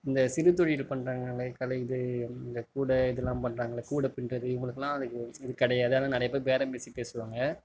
இந்த சிறு தொழில் பண்றாங்களே கலை இது இந்த கூடை இதல்லாம் பண்றாங்களே கூடை பின்னுறது இவங்களுக்குலாம் கிடையாது ஆனால் நிறைய பேர் பேரம் பேசி பேசுவாங்க